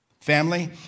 Family